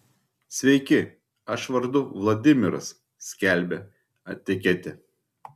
sveiki aš vardu vladimiras skelbia etiketė